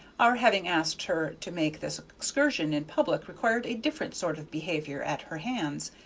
our having asked her to make this excursion in public required a different sort of behavior at her hands,